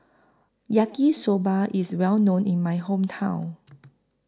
Yaki Soba IS Well known in My Hometown